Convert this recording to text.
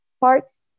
parts